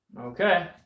Okay